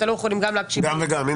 לעשות גם וגם.